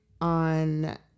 On